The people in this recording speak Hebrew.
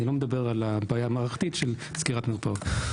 אני לא מדבר על הבעיה המערכתית של סגירת מרפאות.